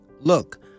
Look